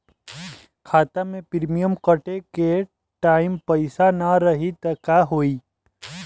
खाता मे प्रीमियम कटे के टाइम पैसा ना रही त का होई?